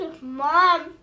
mom